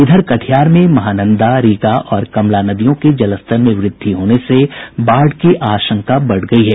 इधर कटिहार में महानंदा रीगा और कमला नदियों के जलस्तर में वृद्धि होने से बाढ़ की आशंका बढ़ गयी है